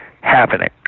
happening